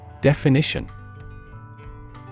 Definition